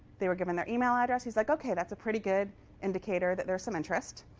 they were given their email address. he was like, ok, that's a pretty good indicator that there's some interest,